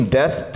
death